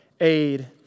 aid